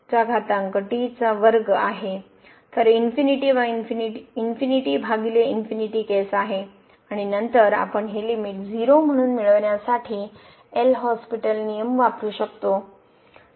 तर केस आणि नंतर आपण हे लिमिट 0 म्हणून मिळविण्यासाठी एल हॉस्पिटल नियम वापरू शकतो